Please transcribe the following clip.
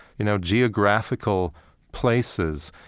you know, geographical places.